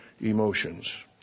emotions